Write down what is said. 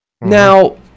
Now